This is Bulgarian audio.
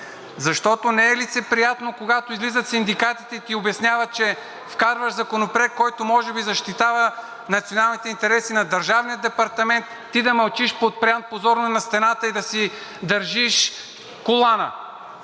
защото не е лицеприятно, когато излизат синдикатите и ти обясняват, че вкарваш Законопроект, който може би защитава националните интереси на Държавния департамент, ти да мълчиш подпрян позорно на стената и да си държиш колана